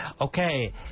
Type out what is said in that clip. Okay